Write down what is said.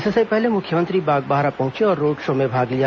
इससे पहले मुख्यमंत्री बागबाहरा पहुंचे और रोड शो में भाग लिया